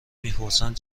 میپرسند